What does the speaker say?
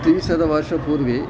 त्रिंशत् वर्षपूर्वे